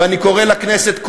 ואני קורא לכנסת,